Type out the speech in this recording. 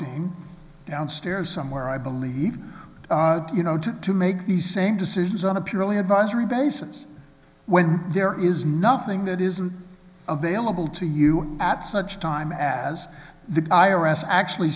him downstairs somewhere i believe you know to to make the same decisions on a purely advisory basis when there is nothing that isn't available to you at such time as the i r s actually